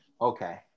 Okay